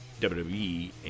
WWE